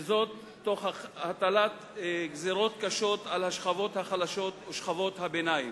וזאת תוך הטלת גזירות קשות על השכבות החלשות ושכבות הביניים.